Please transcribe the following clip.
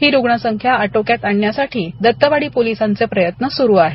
ही रुग्णसंख्या आटोक्यात आणण्यासाठी दत्तवाडी पोलिसांचे प्रयत्न सुरू आहेत